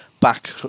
back